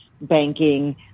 banking